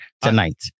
tonight